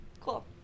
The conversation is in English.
Cool